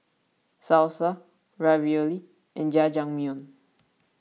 Salsa Ravioli and Jajangmyeon